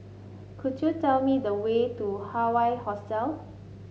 could you tell me the way to Hawaii Hostel